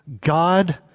God